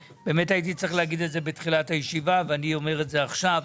הייתי צריך להגיד את זה בתחילת הישיבה ואני אומר את זה עכשיו.